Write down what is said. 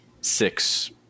six